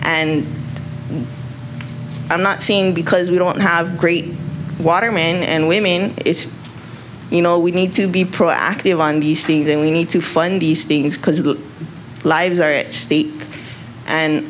and i'm not seeing because we don't have great water men and women it's you know we need to be proactive on the scene and we need to fund these things because lives are at stake and